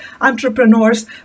entrepreneurs